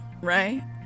right